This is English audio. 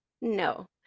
No